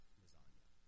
lasagna